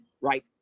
Right